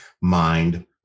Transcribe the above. mind